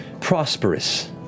prosperous